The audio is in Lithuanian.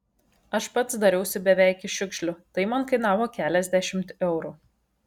aš pats dariausi beveik iš šiukšlių tai man kainavo keliasdešimt eurų